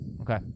Okay